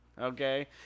Okay